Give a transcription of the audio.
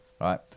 Right